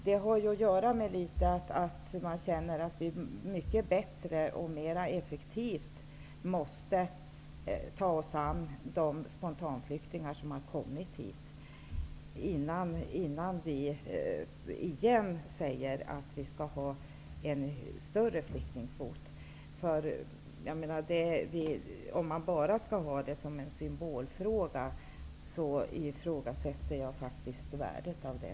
Det har litet att göra med att vi bättre och mer effektivt måste ta oss an de spontanflyktingar som har kommit hit, innan vi säger att vi skall ha en större flyktingkvot igen. Om vi bara skall ha det som en symbolfråga ifrågasätter jag faktiskt värdet av det.